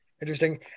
Interesting